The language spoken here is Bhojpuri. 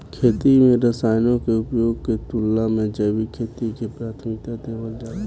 खेती में रसायनों के उपयोग के तुलना में जैविक खेती के प्राथमिकता देवल जाला